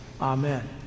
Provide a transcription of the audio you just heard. amen